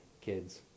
kids